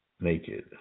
naked